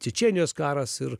čečėnijos karas ir